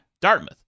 Dartmouth